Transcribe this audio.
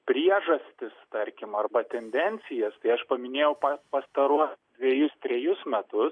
priežastis tarkim arba tendencijas tai aš paminėjau per pastaruosius dvejus trejus metus